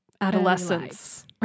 adolescence